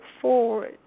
forward